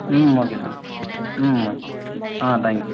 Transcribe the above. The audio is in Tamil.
ம் okay sir hmm okay ah thank you sir